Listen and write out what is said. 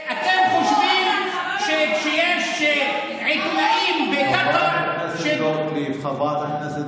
אתם חושבים שכשיש עיתונאים בקטאר, חברת הכנסת